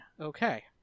Okay